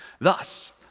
thus